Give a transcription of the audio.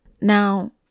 Now